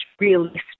realistic